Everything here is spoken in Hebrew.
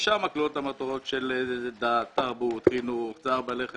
ושם כלולות של דת, תרבות, חינוך, צער בעלי חיים.